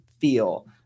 feel